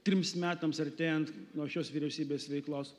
trims metams artėjant nuo šios vyriausybės veiklos